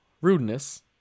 rudeness